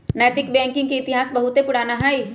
नैतिक बैंकिंग के इतिहास बहुते पुरान हइ